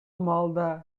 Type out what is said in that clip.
маалда